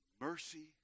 mercy